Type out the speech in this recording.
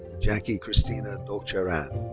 jankie christina dolcharran.